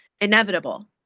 inevitable